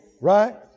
Right